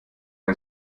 ein